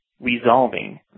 resolving